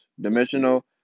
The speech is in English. Dimensional